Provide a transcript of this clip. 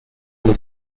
was